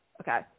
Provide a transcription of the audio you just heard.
Okay